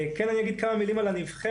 כן אני אגיד כמה מילים על הנבחרת.